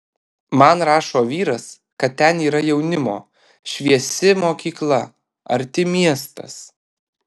man rašo vyras kad ten yra jaunimo šviesi mokykla arti miestas